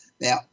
Now